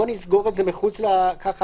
בואו נסגור את זה מחוץ לדיון.